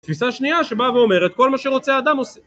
תפיסה שנייה שבאה ואומרת כל מה שרוצה האדם - עושה